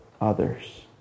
others